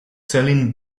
selling